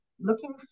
looking